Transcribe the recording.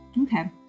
Okay